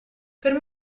per